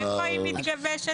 איפה התמ"א הזאת מתגבשת?